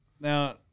Now